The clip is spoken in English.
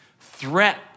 threat